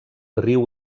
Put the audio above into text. riu